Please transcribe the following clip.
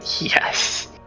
Yes